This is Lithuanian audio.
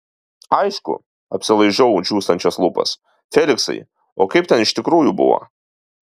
aišku apsilaižau džiūstančias lūpas feliksai o kaip ten iš tikrųjų buvo